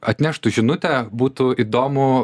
atneštų žinutę būtų įdomu